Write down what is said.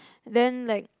then like